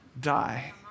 die